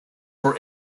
were